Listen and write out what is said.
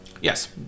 Yes